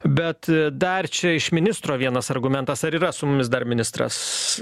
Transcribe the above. bet dar čia iš ministro vienas argumentas ar yra su mumis dar ministras